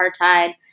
apartheid